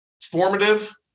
formative